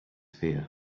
fear